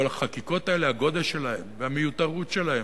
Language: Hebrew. אבל החקיקות האלה, הגודל שלהן, והמיותרוּת שלהן,